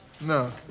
No